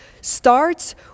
starts